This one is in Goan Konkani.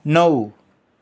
णव